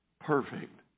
perfect